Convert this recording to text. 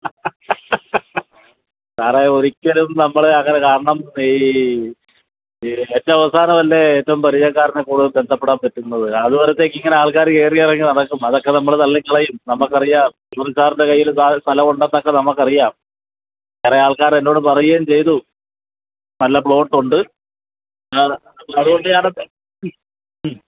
സാറേ ഒരിക്കലും നമ്മൾ അങ്ങനെ കാരണം ഈ ഏറ്റവും അവസാനല്ലേ ഏറ്റവും പരിചയക്കാരനെ കൂടുതൽ ബന്ധപ്പെടാൻ പറ്റുന്നത് അതുവരത്തേക്കും ഇങ്ങനെ ആൾക്കാർ കയറി ഇറങ്ങി നടക്കും അതൊക്കെ നമ്മൾ തള്ളിക്കളയും നമ്മൾക്ക് അറിയാം സുനിൽ സാറിൻ്റെ കൈയിൽ സ്ഥലമുണ്ടന്നൊക്കെ നമ്മൾക്ക് അറിയാം കുറെ ആൾക്കാർ എന്നോട് പറയുകയും ചെയ്തു നല്ല പ്ലോട്ടുണ്ട് അതുകൊണ്ട് ഞാൻ എൻ്റെ